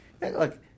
Look